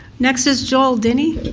next is joel denny.